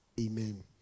Amen